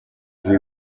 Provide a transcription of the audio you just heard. ibi